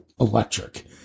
electric